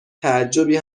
تعجبی